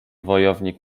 wojownik